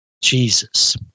Jesus